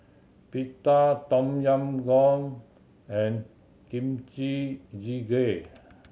Pita Tom Yam Goong and Kimchi Jjigae